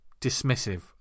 dismissive